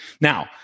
Now